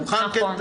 שולחן כן.